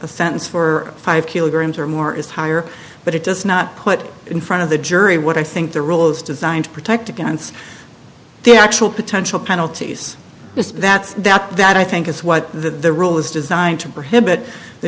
e sentence for five kilograms or more is higher but it does not put in front of the jury what i think the rules designed to protect against the actual potential penalties that that that i think is what the rule is designed to prohibit the